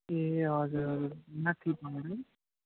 ए हजुर हजुर माथि भएरै